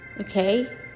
okay